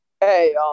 Hey